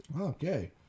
Okay